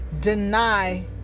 deny